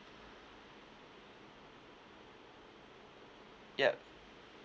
yup